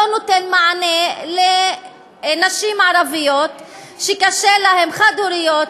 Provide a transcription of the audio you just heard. לא נותן מענה לנשים ערביות שקשה להן, חד-הוריות,